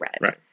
right